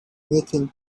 making